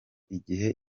igihe